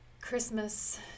Christmas